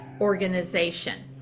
organization